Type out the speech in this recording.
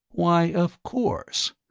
why, of course,